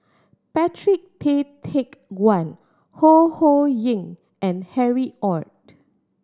Patrick Tay Teck Guan Ho Ho Ying and Harry Ord